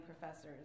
professors